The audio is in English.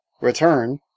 return